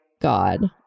God